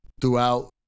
throughout